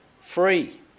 Free